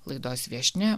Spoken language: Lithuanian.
laidos viešnia